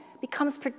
becomes